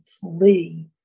flee